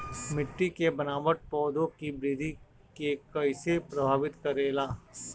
मिट्टी के बनावट पौधों की वृद्धि के कईसे प्रभावित करेला?